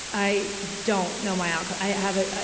i don't know my outcome. i have a,